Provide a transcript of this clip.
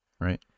Right